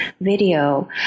video